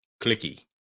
clicky